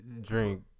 Drink